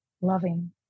loving